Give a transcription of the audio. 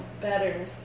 better